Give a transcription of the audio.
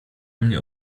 mnie